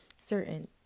certain